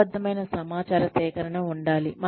క్రమబద్ధమైన సమాచార సేకరణ ఉండాలి